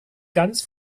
ganz